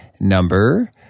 number